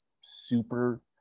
super